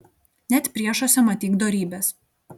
net priešuose matyk dorybes